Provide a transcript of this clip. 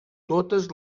totes